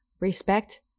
respect